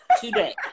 Today